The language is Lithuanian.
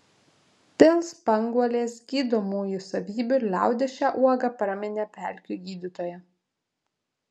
dėl spanguolės gydomųjų savybių liaudis šią uogą praminė pelkių gydytoja